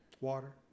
Water